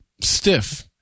stiff